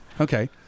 Okay